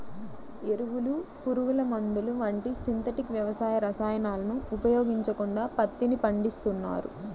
ఎరువులు, పురుగుమందులు వంటి సింథటిక్ వ్యవసాయ రసాయనాలను ఉపయోగించకుండా పత్తిని పండిస్తున్నారు